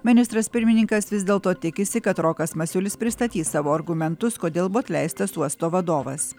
ministras pirmininkas vis dėlto tikisi kad rokas masiulis pristatys savo argumentus kodėl buvo atleistas uosto vadovas